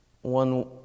One